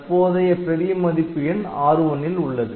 தற்போதைய பெரிய மதிப்பு எண் R1 ல் உள்ளது